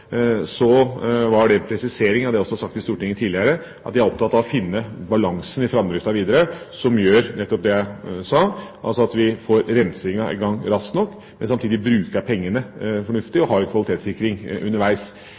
så var det en presisering av det jeg også har sagt i Stortinget tidligere. Jeg er opptatt av å finne balansen i framdriften videre – altså at vi får rensingen i gang raskt nok, men samtidig bruker pengene fornuftig og har en kvalitetssikring underveis.